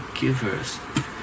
givers